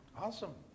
Awesome